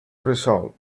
resolved